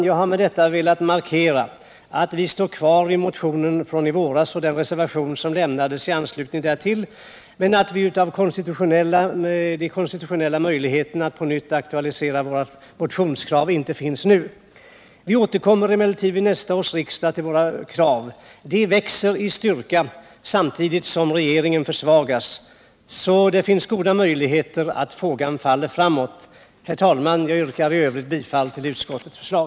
Jag har med detta velat markera att vi står fast vid kraven i motionen från i våras och i den reservation som lämnades i anslutning till betänkandet om barnomsorgen men att de konstitutionella möjligheterna att på nytt aktualisera våra motionskrav inte finns nu. Vi återkommer emellertid vid nästa riksmöte till våra krav. De växer i styrka samtidigt som regeringen försvagas. Det finns alltså goda möjligheter att frågan faller framåt. Herr talman! Jag yrkar i övrigt bifall till utskottets förslag.